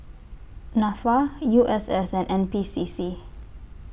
Nafa U S S and N P C C